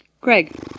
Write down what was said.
Greg